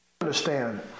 Understand